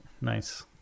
Nice